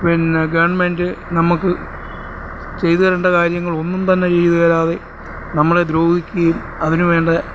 പിന്നെ ഗവൺമെൻ്റ് നമുക്ക് ചെയ്ത് തരേണ്ട കാര്യങ്ങൾ ഒന്നും തന്നെ ചെയ്ത് തരാതെ നമ്മളെ ദ്രോഹിക്കുകയും അതിനുവേണ്ട